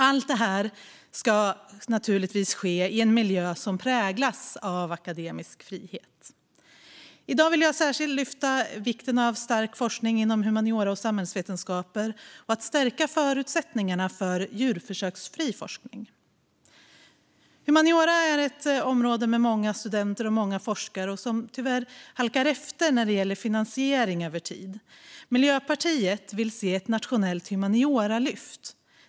Allt det här ska naturligtvis ske i en miljö som präglas av akademisk frihet. I dag vill jag särskilt lyfta vikten av stark forskning inom humaniora och samhällsvetenskaper och att stärka förutsättningarna för djurförsöksfri forskning. Humaniora är ett område med många studenter och många forskare, som tyvärr halkar efter när det gäller finansiering över tid. Miljöpartiet vill se ett nationellt humanioralyft.